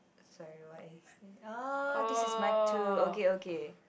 sorry what is oh this is mic two okay okay